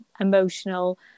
emotional